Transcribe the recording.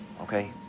okay